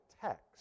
text